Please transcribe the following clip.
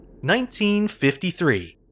1953